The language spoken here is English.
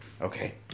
Okay